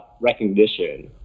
recognition